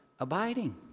abiding